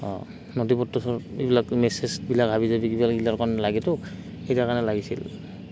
অঁ নথিপত্ৰ চব এইবিলাক মেছেজবিলাক হাবি যাবি কিবাকিবি অলপমান লাগেতো সেই তাৰ কাৰণে লাগিছিল